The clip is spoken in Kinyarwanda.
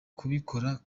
kubikora